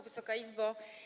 Wysoka Izbo!